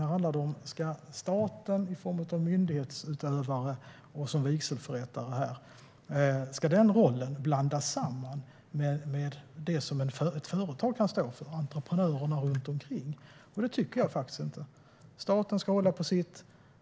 Här handlar det om huruvida staten som myndighetsutövare och i detta fall vigselförrättare ska blandas samman med sådant som ett företag eller entreprenörerna runt omkring kan stå för. Jag tycker inte det. Staten ska hålla på sitt.